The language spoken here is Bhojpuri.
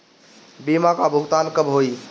बीमा का भुगतान कब होइ?